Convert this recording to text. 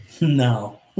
No